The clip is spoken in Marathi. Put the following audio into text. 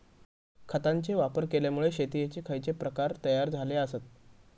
खतांचे वापर केल्यामुळे शेतीयेचे खैचे प्रकार तयार झाले आसत?